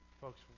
Folks